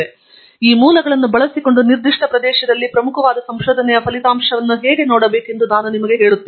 ಮತ್ತು ನಾನು ಈ ಮೂಲಗಳನ್ನು ಬಳಸಿಕೊಂಡು ನಿರ್ದಿಷ್ಟ ಪ್ರದೇಶದಲ್ಲಿ ಪ್ರಮುಖವಾದ ಸಂಶೋಧನೆಯ ಫಲಿತಾಂಶಗಳನ್ನು ಹೇಗೆ ನೋಡಬೇಕೆಂಬುದನ್ನು ನಾನು ನಿಮಗೆ ತೋರಿಸುತ್ತೇನೆ